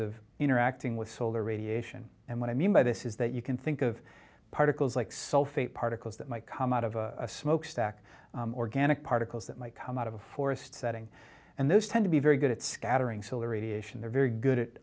of interacting with solar radiation and what i mean by this is that you can think of particles like sulfate particles that might come out of a smokestack organic particles that might come out of a forest setting and those tend to be very good at scattering solar radiation they're very good at